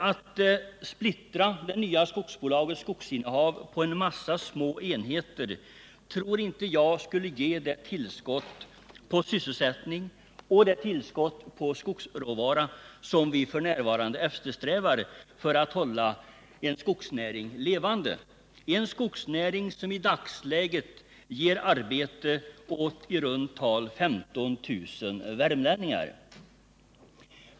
Att splittra det nya skogsbolagets skogsinnehav på en massa små enheter tror inte jag skulle ge det tillskott till sysselsättningen och det tillskott på skogsråvara som vi f. n. eftersträvar för att hålla skogsnäringen levande, en skogsnäring som i dagsläget ger arbete åt i runt tal 15 000 värmlänningar.